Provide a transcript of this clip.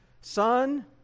son